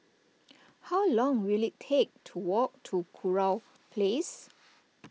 how long will it take to walk to Kurau Place